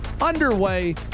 underway